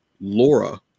Laura